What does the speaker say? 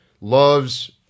loves